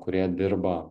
kurie dirba